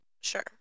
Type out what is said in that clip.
sure